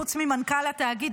חוץ ממנכ"ל התאגיד,